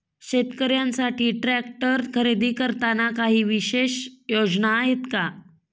शेतकऱ्यांसाठी ट्रॅक्टर खरेदी करताना काही विशेष योजना आहेत का?